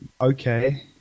Okay